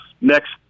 next